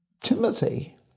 Timothy